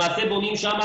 למעשה בונים שם